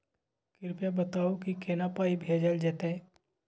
कृपया बताऊ की केना पाई भेजल जेतै?